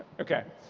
okay.